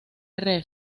rev